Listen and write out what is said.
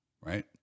right